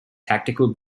tactical